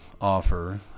offer